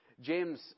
James